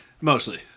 Mostly